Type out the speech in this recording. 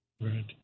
Right